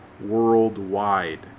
worldwide